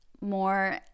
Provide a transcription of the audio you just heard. more